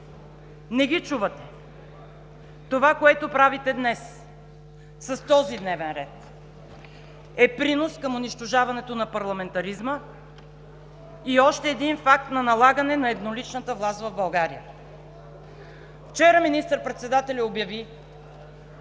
Не ги чувате! Това, което правите днес с този дневен ред, е принос към унищожаването на парламентаризма и още един факт на налагане на едноличната власт в България. Вчера министър-председателят обяви